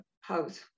house